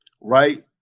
right